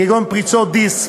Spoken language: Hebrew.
כגון פריצת דיסק,